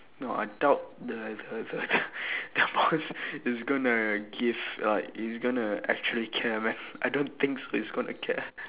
no I doubt the the the the the boss is gonna give like is gonna actually care man I don't think he's gonna care